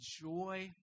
joy